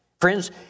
Friends